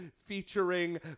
featuring